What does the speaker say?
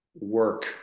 work